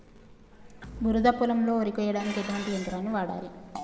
బురద పొలంలో వరి కొయ్యడానికి ఎటువంటి యంత్రాన్ని వాడాలి?